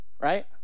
Right